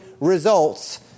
results